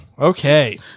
Okay